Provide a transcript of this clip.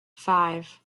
five